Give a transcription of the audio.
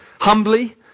humbly